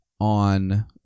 on